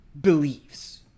believes